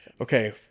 Okay